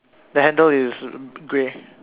the handle is grey